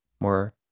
more